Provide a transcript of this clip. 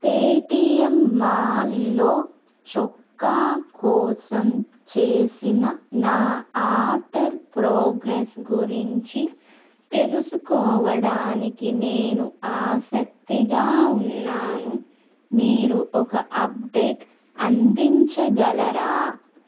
Paytm మాల్ల్లో చొక్కా కోసం చేసిన నా ఆర్డర్ ప్రోగ్రెస్ గురించి తెలుసుకోవడానికి నేను ఆసక్తిగా ఉన్నాను మీరు ఒక అప్డేట్ అందించగలరా